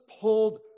pulled